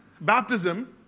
baptism